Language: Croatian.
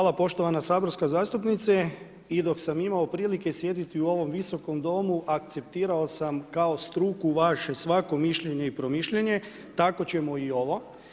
Hvala poštovana saborske zastupnice i dok sam imao prilike sjediti u ovom Visokom domu apcetirao sam kao struku vaše svako mišljenje i promišljanje, tako ćemo i ovo.